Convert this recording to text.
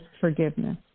forgiveness